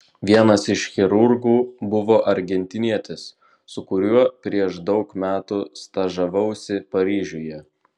vienas iš chirurgų buvo argentinietis su kuriuo prieš daug metų stažavausi paryžiuje